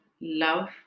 love